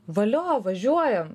valio važiuojam